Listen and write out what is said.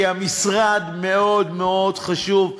כי המשרד מאוד מאוד חשוב.